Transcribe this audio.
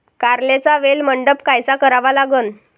कारल्याचा वेल मंडप कायचा करावा लागन?